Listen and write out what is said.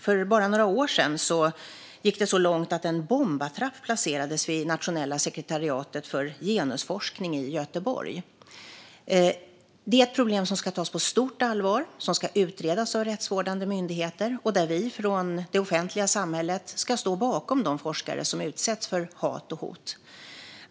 För bara några år sedan gick det så långt att en bombattrapp placerade vid det nationella sekretariatet för genusforskning i Göteborg. Detta är ett problem som ska tas på stort allvar. Det ska utredas av rättsvårdande myndigheter. Och vi från det offentliga samhället ska stå bakom de forskare som utsätts för hat och hot.